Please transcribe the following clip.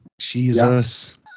Jesus